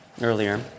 earlier